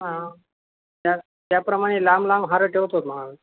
हा त्या त्याप्रमाणे लांब लांब हार ठेवतोच ना